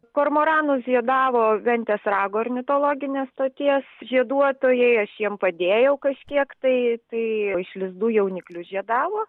kormoranus žiedavo ventės rago ornitologinės stoties žieduotojai aš jiem padėjau kažkiek tai tai iš lizdų jauniklius žiedavo